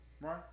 right